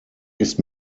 ist